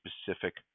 specific